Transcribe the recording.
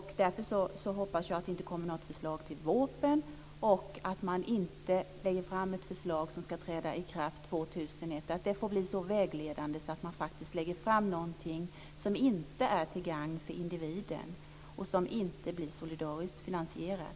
Därför hoppas jag att det inte kommer något förslag i vårpropositionen och att man inte lägger fram ett förslag som träder i kraft år 2001. Det får inte bli så vägledande att man lägger fram någonting som inte är till gagn för individen och som inte blir solidariskt finansierat.